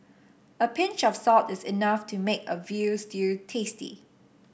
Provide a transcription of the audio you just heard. a pinch of salt is enough to make a veal stew tasty